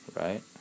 right